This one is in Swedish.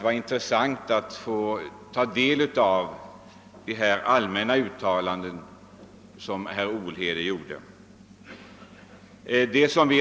Det var intressant att ta del av de allmänna uttalanden som herr Olhede gjorde.